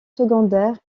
secondaires